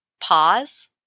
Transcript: pause